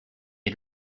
had